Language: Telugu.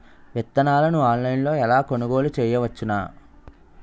విత్తనాలను ఆన్లైన్లో ఎలా కొనుగోలు చేయవచ్చున?